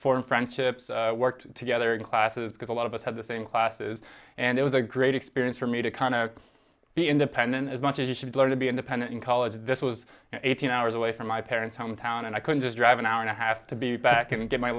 formed friendships worked together in classes because a lot of us had the same class it is and it was a great experience for me to kind of be independent as much as you should learn to be independent in college this was eighteen hours away from my parents hometown and i could just drive an hour and a half to be back and get my